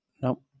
Nope